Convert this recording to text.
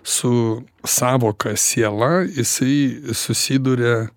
su sąvoka siela jisai susiduria